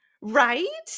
Right